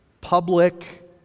public